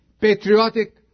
patriotic